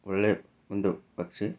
ಒಳ್ಳೆಯ ಒಂದು ಪಕ್ಷಿ